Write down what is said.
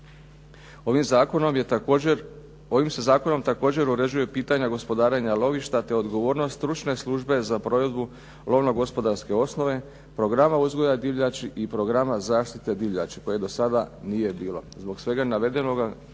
Ovim se zakonom također uređuje pitanje gospodarenja lovišta, te odgovornost stručne službe za provedbu lovno gospodarske osnove, programa uzgoja divljači i programa zaštite divljači koje do sada nije bilo.